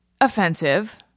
offensive